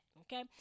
okay